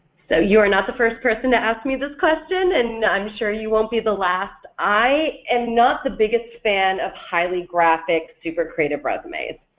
so you are not the first person to ask me this question and i'm sure you won't be the last, i am and not the biggest fan of highly graphic, super creative resumes,